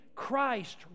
Christ